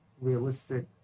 realistic